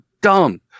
dumb